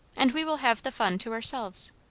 and we will have the fun to ourselves.